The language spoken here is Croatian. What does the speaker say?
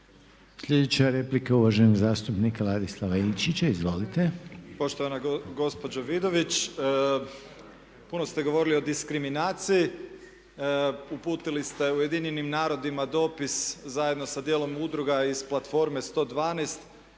Sljedeća replika je uvaženog zastupnika Ladislava Ilčića. Izvolite. **Ilčić, Ladislav (HRAST)** Poštovana gospođo Vidović, puno ste govorili o diskriminaciji, uputili ste UN-u dopis zajedno sa dijelom udruga iz Platforme 112